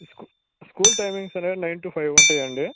స్కు school timings అనేది nine to five ఉంటాయా అండి